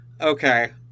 Okay